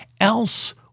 else